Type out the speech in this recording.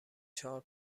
چهار